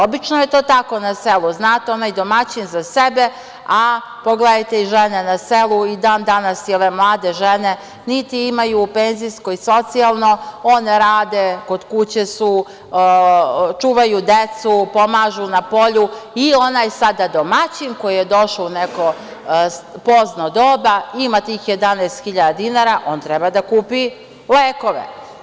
Obično je to tako na selu, onaj domaćin za sebe, a pogledajte i žene na selu, i dan danas i ove mlade žene niti imaju penzijsko i socijalno, one rade, kod kuće su, čuvaju decu, pomažu na polju i onaj sada domaćin, koji je došao u neko pozno doba, ima tih 11.000 dinara, on treba da kupi lekove.